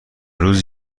روز